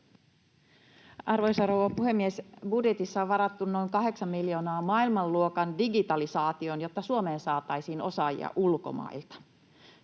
Arvoisa rouva puhemies! Budjetissa on varattu noin 8 miljoonaa maailmanluokan digitalisaatioon, jotta Suomeen saataisiin osaajia ulkomailta.